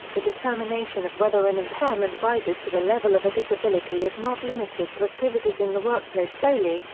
the determination of whether an impairment rises to the level of a disability is not limited to activities in the workplace solely,